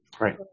Right